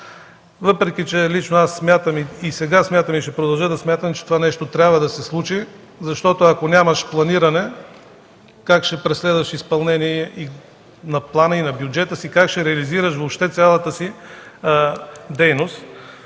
въпреки че лично аз смятам и сега смятам, и ще продължа да смятам, че това нещо трябва да се случи, защото, ако нямаш планиране, как ще преследваш изпълнение на плана, на бюджета си, как ще реализираш въобще цялата си дейност.